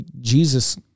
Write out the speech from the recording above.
Jesus